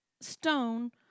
stone